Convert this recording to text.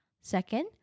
Second